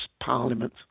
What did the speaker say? Parliament